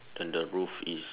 then the roof is